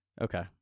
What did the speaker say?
Okay